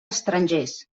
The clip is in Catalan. estrangers